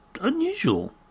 unusual